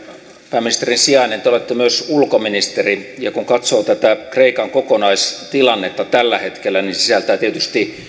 pääministerin sijainen te olette myös ulkoministeri ja kun katsoo tätä kreikan kokonaistilannetta tällä hetkellä niin se sisältää tietysti